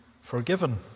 forgiven